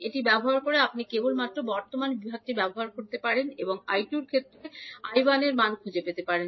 এটি ব্যবহার করে আপনি কেবলমাত্র বর্তমান বিভাগটি ব্যবহার করতে পারেন এবং 𝐈2 এর ক্ষেত্রে 1 এর মান খুঁজে পেতে পারেন